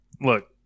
look